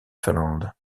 finlande